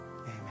Amen